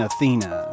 Athena